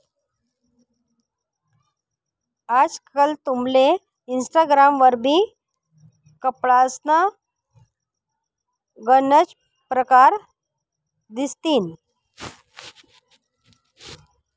आजकाल तुमले इनस्टाग्राम वरबी कपडासना गनच परकार दिसतीन